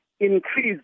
increase